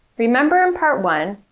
remember in part one,